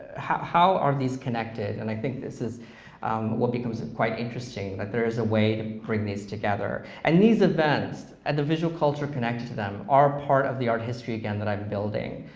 how how are these connected, and i think this is what becomes quite interesting, that there's a way to bring these together, and these events, and the visual culture connected to them are a part of the art history, again, that i'm building.